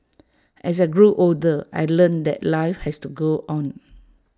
as I grew older I learnt that life has to go on